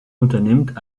unternimmt